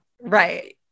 right